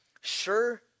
sure